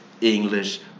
English